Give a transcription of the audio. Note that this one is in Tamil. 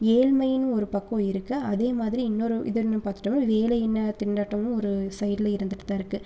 ஏழ்மையின் ஒரு பக்கம் இருக்குது அதே மாதிரி இன்னொரு இது என்ன பார்த்துட்டோம்னா வேலையின்னா திண்டாட்டமும் ஒரு சைடில் இருந்துட்டு தான் இருக்குது